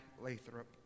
Lathrop